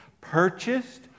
purchased